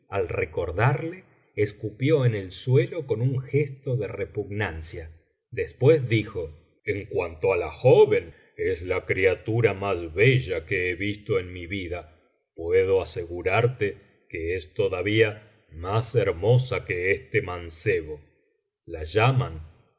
al recordarle escupió en el suelo con un gesto de repugnancia después dijo en cuanto á la joven es la criatura más bella que he visto en mi vida puedo asegurarte que es todavía más hermosa que este mancebo la llaman